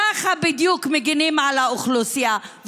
ככה בדיוק מגינים על האוכלוסייה.